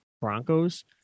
Broncos